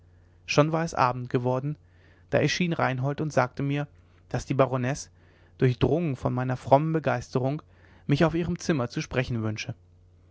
schon war es abend worden da erschien reinhold und sagte mir daß die baronesse durchdrungen von meiner frommen begeisterung mich auf ihrem zimmer zu sprechen wünsche